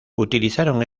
utilizaron